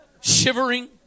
shivering